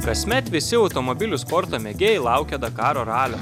kasmet visi automobilių sporto mėgėjai laukia dakaro ralio